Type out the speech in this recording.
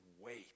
wait